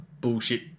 bullshit